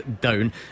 down